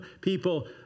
people